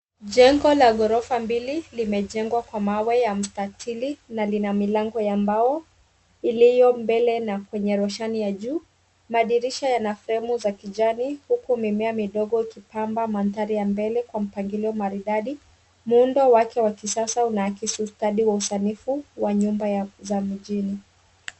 Jengo la ghorofa mbili limejengwa kwa mawe ya mstatili na milango ya mbao iliyo mbele na kwenye roshani ya juu. Madirisha yana fremu za kijani, huku mimea midogo ikipamba mandhari ya mbele kwa mpangilio maridadi. Muundo wake wa kisasa unaakisi ustadi wa usanifu wa nyumba za mjini.